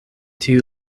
tiu